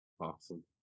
Awesome